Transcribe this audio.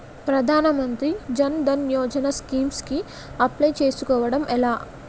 ప్రధాన మంత్రి జన్ ధన్ యోజన స్కీమ్స్ కి అప్లయ్ చేసుకోవడం ఎలా?